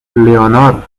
leonor